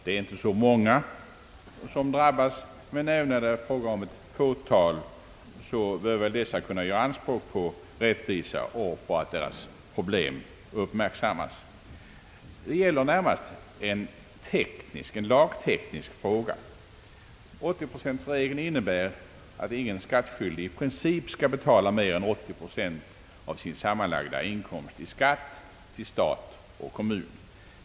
Det är inte så många som drabbas, men även om de utgör ett fåtal bör de väl kunna göra anspråk på rättvisa och på att deras problem ägnas uppmärksamhet. Det gäller närmast en lagteknisk fråga. 80-procentregeln innebär att ingen skattskyldig i princip skall betala mer än 80 procent av sin sammanlagda inkomst i skatt till stat och kommun.